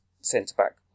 centre-back